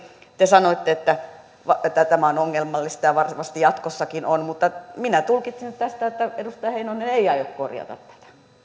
te sanoitte että tämä on ongelmallista ja varmasti jatkossakin on mutta minä tulkitsen tästä että edustaja heinonen ei aio korjata